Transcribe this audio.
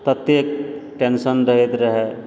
ततेक टेन्शन रहैत रहए